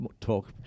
talk